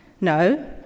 No